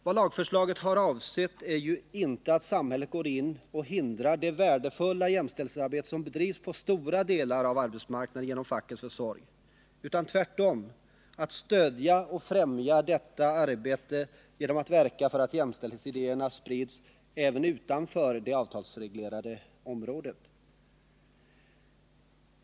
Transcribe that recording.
Vad lagförslaget har avsett är ju inte att samhället skall gå in och hindra det värdefulla jämställdhetsarbete som bedrivs på stora delar av arbetsmarknaden genom fackets försorg, utan tvärtom att stödja och främja detta arbete genom att verka för att jämställdhetsidéerna sprids även utanför det avtalsreglerade området.